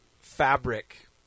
fabric